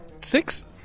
six